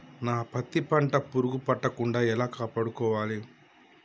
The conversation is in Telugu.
నా పత్తి పంట పురుగు పట్టకుండా ఎలా కాపాడుకోవాలి?